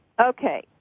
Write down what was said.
Okay